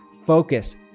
focus